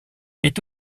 est